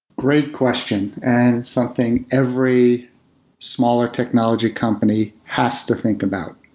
great question and something every smaller technology company has to think about,